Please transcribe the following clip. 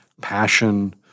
passion